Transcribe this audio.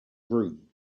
groom